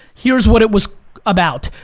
here's what it was about.